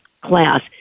class